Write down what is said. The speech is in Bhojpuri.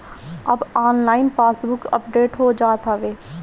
अब ऑनलाइन पासबुक अपडेट हो जात हवे